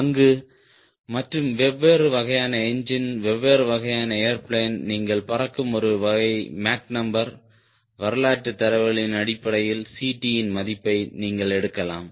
அங்கு மற்றும் வெவ்வேறு வகையான என்ஜின் வெவ்வேறு வகையான ஏர்பிளேன் நீங்கள் பறக்கும் ஒரு வகை மேக் நம்பர் வரலாற்று தரவுகளின் அடிப்படையில் Ct இன் மதிப்பை நீங்கள் எடுக்கலாம்